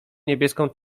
niebieską